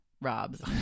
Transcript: Rob's